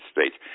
States